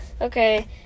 Okay